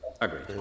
Agreed